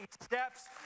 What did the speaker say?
steps